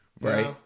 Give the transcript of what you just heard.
right